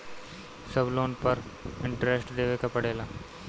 सब लोन पर इन्टरेस्ट देवे के पड़ेला?